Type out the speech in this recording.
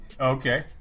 Okay